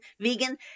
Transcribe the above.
vegan